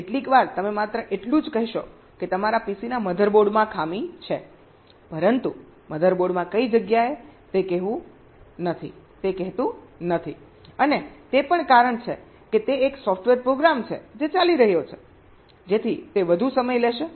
કેટલીકવાર તમે માત્ર એટલું જ કહેશો કે તમારા PC ના મધર બોર્ડમાં ખામી છે પરંતુ મધર બોર્ડમાં કઈ જગ્યાએ તે કહેતું નથી અને તે પણ કારણ કે તે એક સોફ્ટવેર પ્રોગ્રામ છે જે ચાલી રહ્યો છે જેથી તે વધુ સમય લેશે